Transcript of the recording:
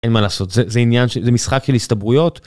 אין מה לעשות זה עניין ש...זה משחק של הסתברויות.